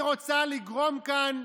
היא רוצה לגרום כאן,